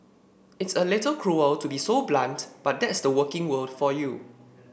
it's a little cruel to be so blunt but that's the working world for you